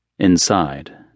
Inside